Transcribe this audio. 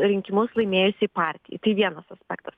rinkimus laimėjusiai partijai tai vienas aspektas